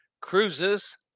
Cruises